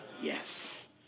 Yes